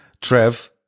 Trev